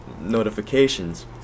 notifications